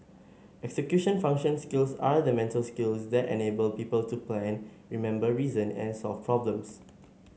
execution function skills are the mental skills that enable people to plan remember reason and solve problems